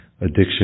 addiction